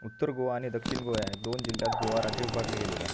उत्तर गोवा आणि दक्षिण गोवा दोन जिल्ह्यांत गोवा राज्य विभागले गेलेले आहे